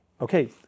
okay